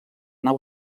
nau